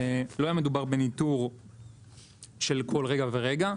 לא היה מדובר בניטור של כל רגע ורגע,